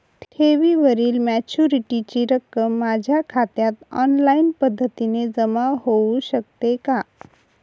ठेवीवरील मॅच्युरिटीची रक्कम माझ्या खात्यात ऑनलाईन पद्धतीने जमा होऊ शकते का?